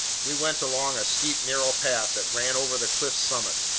we went along a steep, narrow path that ran over the cliff's summit.